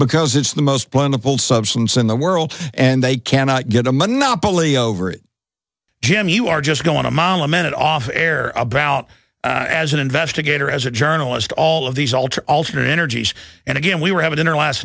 because it's the most plentiful substance in the world and they cannot get a monopoly over it jim you are just going to model a minute off air about as an investigator as a journalist all of these alter alternate energies and again we were having dinner last